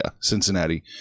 Cincinnati